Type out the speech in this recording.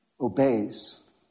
obeys